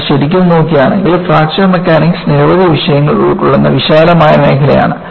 നമ്മൾ ശരിക്കും നോക്കുകയാണെങ്കിൽ ഫ്രാക്ചർ മെക്കാനിക്സ് നിരവധി വിഷയങ്ങൾ ഉൾക്കൊള്ളുന്ന വിശാലമായ മേഖലയാണ്